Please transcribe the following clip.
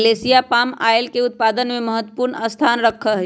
Malaysia palm oil के उत्पादन में महत्वपूर्ण स्थान रखा हई